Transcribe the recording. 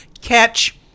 catch